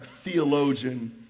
theologian